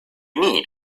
need